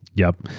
yup.